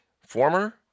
former